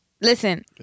Listen